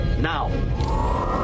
now